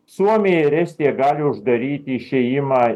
suomija ir estija gali uždaryti išėjimą